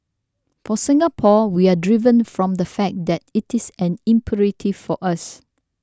for Singapore we are driven from the fact that it is an imperative for us